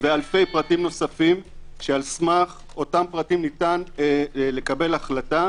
ואלפי פרטים נוספים שעל בסיסים ניתן לקבל החלטה